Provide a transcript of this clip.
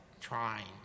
trying